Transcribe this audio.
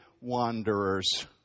wanderers